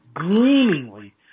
gleamingly